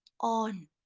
on